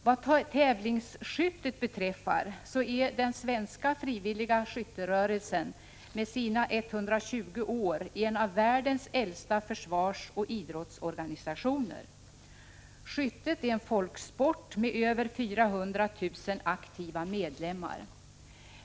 Vad tävlingsskyttet beträffar är den svenska frivilliga skytterörelsen med sina 120 år en av världens äldsta försvarsoch idrottsorganisationer. Skyttet är en folksport med över 400 000 aktiva medlemmar.